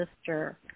sister